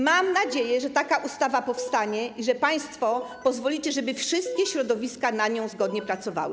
Mam nadzieję, że taka ustawa powstanie i że państwo pozwolicie, żeby wszystkie środowiska zgodnie nad nią pracowały.